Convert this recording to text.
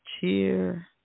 cheer